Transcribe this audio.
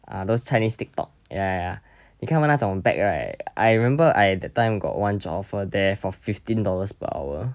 uh those chinese tiktok ya ya ya 你看他们那种 bag right I remember I that time got one job offer there for fifteen dollars per hour